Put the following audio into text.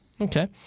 Okay